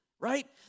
right